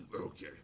Okay